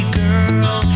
girl